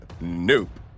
Nope